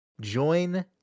join